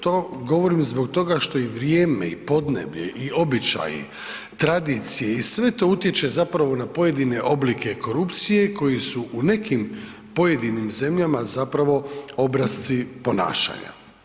To govorim zbog toga što i vrijeme i podneblje i običaji, tradicije i sve to utječe zapravo na pojedine oblike korupcije koji su u nekim pojedinim zemljama zapravo obrasci ponašanja.